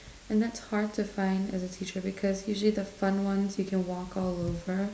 and that's hard to find as a teacher because usually the fun ones you can walk all over